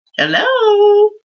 Hello